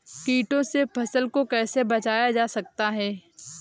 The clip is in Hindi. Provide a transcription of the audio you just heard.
कीटों से फसल को कैसे बचाया जा सकता है?